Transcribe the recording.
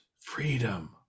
freedom